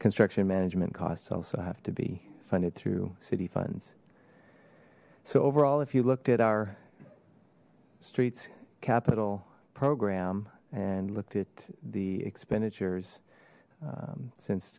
construction management costs also have to be funded through city funds so overall if you looked at our streets capital program and looked at the expenditures since